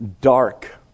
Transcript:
dark